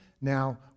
now